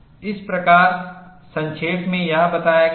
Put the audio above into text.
इस प्रकार संक्षेप में यहां बताया गया है